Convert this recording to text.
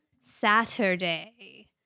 Saturday